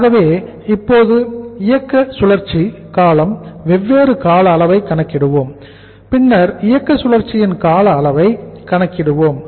ஆகவே இப்போது இயக்க சுழற்சி காலம் வெவ்வேறு கால அளவை கணக்கிடுவோம் பின்னர் இயக்க சுழற்சியின் கால அளவை கணக்கிடுவோம்